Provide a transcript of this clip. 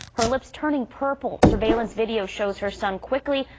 her lips, turning purple surveillance video shows her son quickly,